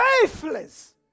Faithless